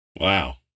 Wow